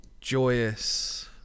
joyous